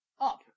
up